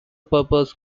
purpose